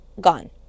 gone